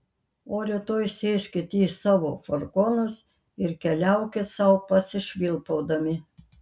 o rytoj sėskit į savo furgonus ir keliaukit sau pasišvilpaudami